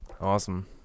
Awesome